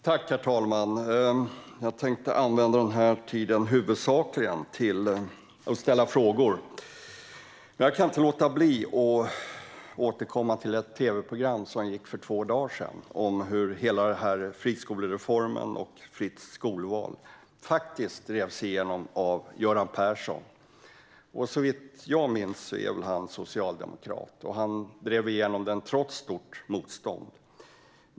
Herr talman! Jag tänkte huvudsakligen använda tiden till att ställa frågor. Jag kan dock inte låta bli att återkomma till det tv-program som gick för två dagar sedan om hur hela friskolereformen och fritt skolval drevs igenom av Göran Persson. Såvitt jag minns är han socialdemokrat, och han drev igenom det trots stort motstånd.